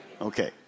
okay